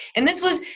and this was,